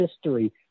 history